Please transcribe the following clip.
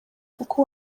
kuko